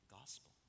Gospel